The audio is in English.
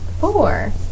Four